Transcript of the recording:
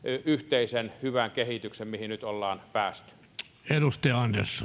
yhteisen hyvän kehityksen mihin nyt ollaan päästy